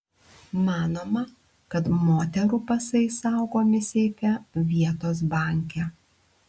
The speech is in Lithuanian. manoma kad moterų pasai saugomi seife vietos banke